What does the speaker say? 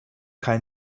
kein